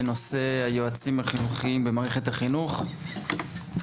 בנושא היועצים החינוכיים במערכת החינוך,